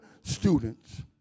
students